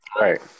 Right